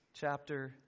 chapter